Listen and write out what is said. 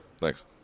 Thanks